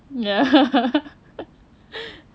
ya